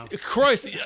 Christ